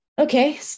okay